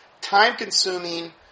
time-consuming